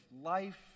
life